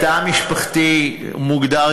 התא המשפחתי מוגדר,